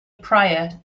pryor